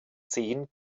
zehn